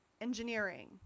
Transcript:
Engineering